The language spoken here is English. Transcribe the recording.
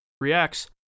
reacts